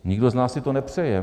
Nikdo z nás si to nepřeje.